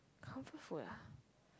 comfort food ah